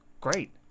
Great